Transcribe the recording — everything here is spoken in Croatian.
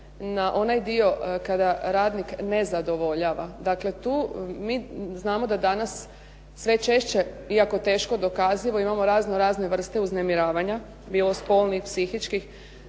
na onaj dio kada radnik ne zadovoljava. Dakle, tu mi znamo da sve češće iako teško dokazivo imamo razno razne vrste uznemiravanja bilo spolnih, psihičkih,